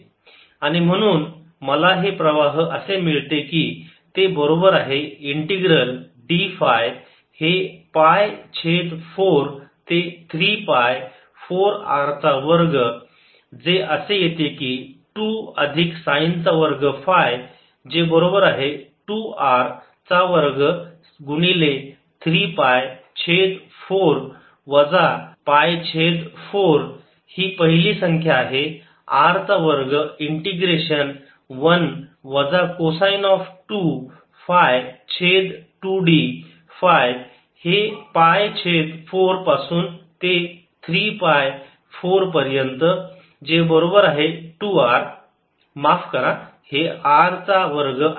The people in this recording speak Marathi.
dS43π4dϕ01dz R22sin2ϕ आणि म्हणून मला हे प्रवाह असे मिळते की ते बरोबर आहे इंटिग्रल d फाय हे पाय छेद 4 ते 3 पाय 4 R चा वर्ग जे असे येते की 2 अधिक साइन चा वर्ग फाय जे बरोबर आहे 2 R चा वर्ग गुणिले 3 पाय छेद 4 वजा पाय छेद 4 ही पहिली संख्या आहे R चा वर्ग इंटिग्रेशन 1 वजा को साइन ऑफ 2 फाय छेद 2 d फाय हे पाय छेद 4 पासून ते 3 पाय 4 पर्यंत जे बरोबर आहे 2 R माफ करा हे R चा वर्ग आहे